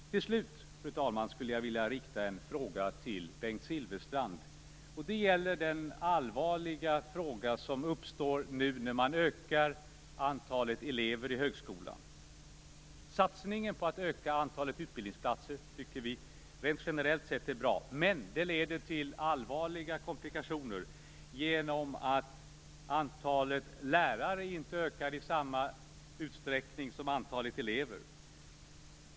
Till slut, fru talman, skulle jag vilja rikta en fråga till Bengt Silfverstrand. Den gäller den allvarliga fråga som uppstår nu när man ökar antalet elever i högskolan. Satsningen på att öka antalet utbildningsplatser tycker vi rent generellt sett är bra. Men det leder till allvarliga komplikationer genom att antalet lärare inte ökar i samma utsträckning som antalet elever.